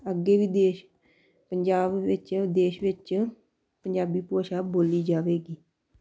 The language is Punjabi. ਅੱਗੇ ਵੀ ਦੇਸ਼ ਪੰਜਾਬ ਵਿੱਚ ਦੇਸ਼ ਵਿੱਚ ਪੰਜਾਬੀ ਭਾਸ਼ਾ ਬੋਲੀ ਜਾਵੇਗੀ